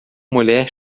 mulher